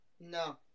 No